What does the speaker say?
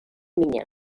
mina